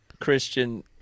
Christian